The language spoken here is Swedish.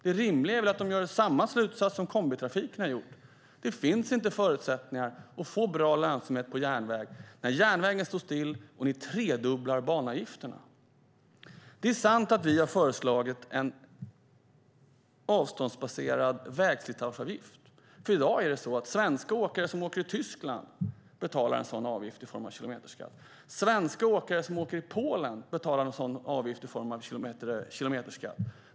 Det rimliga är väl att de drar samma slutsats som kombitrafiken har gjort: Det finns inte förutsättningar att få bra lönsamhet på järnväg när järnvägen står still och ni tredubblar banavgifterna. Det är sant att vi har föreslagit en avståndsbaserad vägslitageavgift. I dag är det så att svenska åkare som åker i Tyskland betalar en sådan avgift i form av kilometerskatt. Svenska åkare som åker i Polen betalar en sådan avgift i form av kilometerskatt.